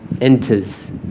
enters